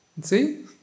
See